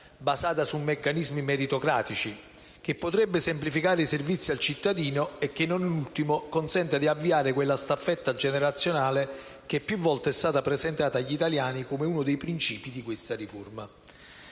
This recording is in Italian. basata su meccanismi meritocratici. Potrebbe semplificare i servizi al cittadino e non ultimo, consentire di avviare quella staffetta generazionale che più volte è stata presentata agli italiani come uno dei principi di questa riforma.